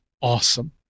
awesome